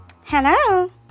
Hello